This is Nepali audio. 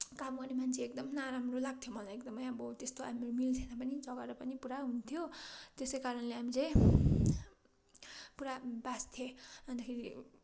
काम गर्ने मान्छे एकदम नराम्रो लाग्थ्यो मलाई एकदम अब त्यस्तो हाम्रो मिल्थेन पनि झगडा पनि पुरा हुन्थ्यो त्यसै कारणले हामी चाहिँ पुरा पुरा बाझ्थेँ अन्तखेरि